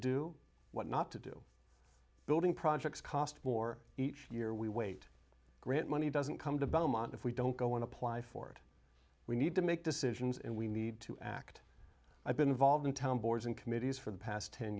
do what not to do building projects cost more each year we wait grant money doesn't come to belmont if we don't go and apply for it we need to make decisions and we need to act i've been involved in town boards and committees for the past ten